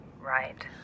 Right